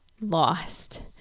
lost